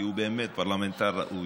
כי הוא באמת פרלמנטר ראוי,